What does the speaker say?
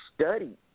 study